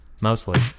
Mostly